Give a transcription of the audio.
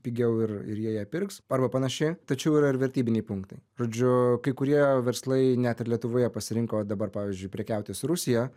pigiau ir ir jie ją pirks arba panaši tačiau yra ir vertybiniai punktai žodžiu kai kurie verslai net ir lietuvoje pasirinko dabar pavyzdžiui prekiauti su rusija